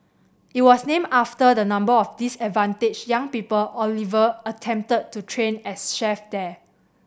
it was named after the number of disadvantaged young people Oliver attempted to train as chefs there